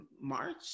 March